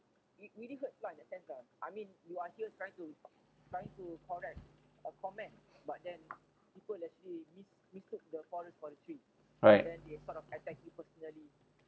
right